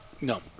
no